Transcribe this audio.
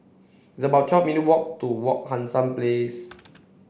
it's about twelve minutes' walk to Wak Hassan Place